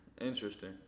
Interesting